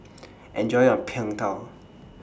Enjoy your Png Tao